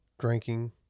drinking